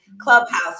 clubhouse